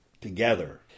together